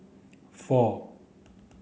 four